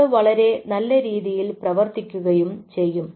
ഇത് വളരെ നല്ല രീതിയിൽ പ്രവർത്തിക്കുകയും ചെയ്യും